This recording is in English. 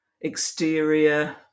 exterior